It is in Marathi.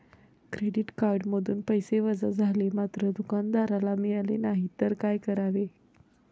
क्रेडिट कार्डमधून पैसे वजा झाले मात्र दुकानदाराला मिळाले नाहीत तर काय करावे?